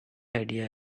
idea